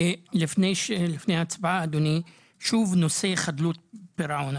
לפני הצבעה אדוני, שוב נושא חדלות פירעון.